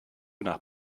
nach